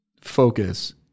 focus